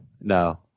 No